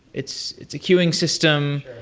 it's it's a queuing system.